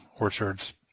orchards